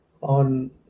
on